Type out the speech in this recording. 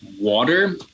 water